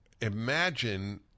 imagine